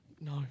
No